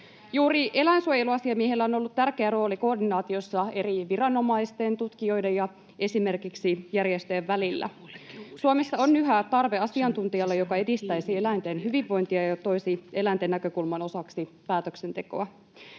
Juuri eläinsuojeluasiamiehellä on ollut tärkeä rooli koordinaatiossa eri viranomaisten, tutkijoiden ja esimerkiksi järjestöjen välillä. Suomessa on yhä tarve asiantuntijalle, joka edistäisi eläinten hyvinvointia ja toisi eläinten näkökulman osaksi päätöksentekoa.